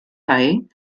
mit